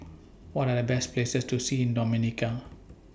What Are The Best Places to See in Dominica